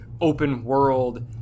open-world